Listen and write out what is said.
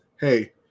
hey